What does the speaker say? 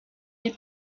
les